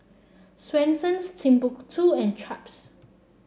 Swensens Timbuk two and Chaps